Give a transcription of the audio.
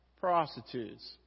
Prostitutes